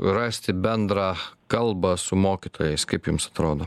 rasti bendrą kalbą su mokytojais kaip jums atrodo